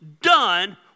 done